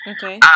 Okay